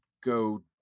go